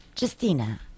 Justina